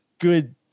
good